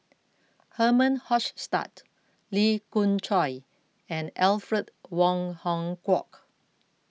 Herman Hochstadt Lee Khoon Choy and Alfred Wong Hong Kwok